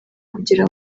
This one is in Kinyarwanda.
kugira